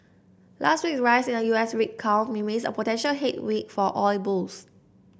last week rise in the U S rig count remains a potential headwind for oil bulls